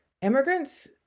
immigrants